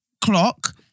clock